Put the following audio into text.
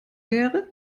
wäre